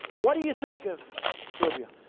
what do you think of rubio?